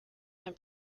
and